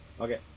Okay